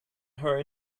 her